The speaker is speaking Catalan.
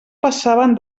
passaven